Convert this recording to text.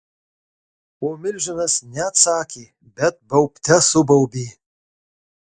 o milžinas ne atsakė bet baubte subaubė